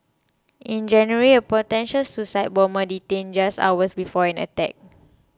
in January a potential suicide bomber the dangerous hours before an attack